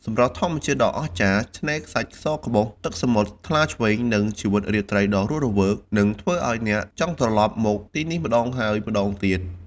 សម្រស់ធម្មជាតិដ៏អស្ចារ្យ ឆ្នេរខ្សាច់សក្បុស ទឹកសមុទ្រថ្លាឆ្វេង និងជីវិតរាត្រីដ៏រស់រវើក នឹងធ្វើឲ្យអ្នកចង់ត្រឡប់មកទីនេះម្តងហើយម្តងទៀត។